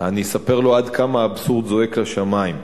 אני אספר לו עד כמה האבסורד זועק לשמים.